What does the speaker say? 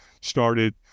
started